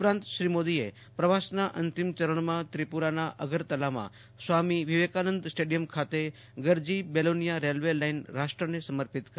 ઉપરાંત શ્રી મોદીએ પ્રવાસના અંતિમ ચરણમાં ત્રિપુરાના અગરતલામાં સ્વામી વિવેકાનંદ સ્ટેડિયમ ખાતે ગર્જી બેલોનીયા રેલવે લાઇન રાષ્ટ્રને સમર્પિત કરી